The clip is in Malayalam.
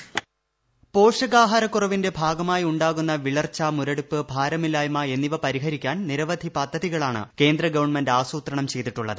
വോയ്സ് പോഷകാഹാരക്കുറവിന്റെ ഭാഗമായി ഉണ്ടാകുന്ന വിളർച്ചു മുരടിപ്പ് ഭാരമില്ലായ്മ എന്നിവ പരിഹരിക്കാൻ നിരവധി പദ്ധതികളാണ് കേന്ദ്ര ഗവൺമെന്റ് ആസൂത്രണം ചെയ്തിട്ടുള്ളത്